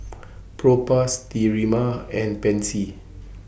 Propass Sterimar and Pansy